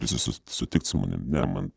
visi su sutikt su manim ne man